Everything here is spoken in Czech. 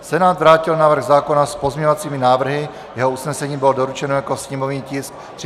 Senát vrátil návrh zákona s pozměňovacími návrhy, jeho usnesení bylo doručeno jako sněmovní tisk 326/8.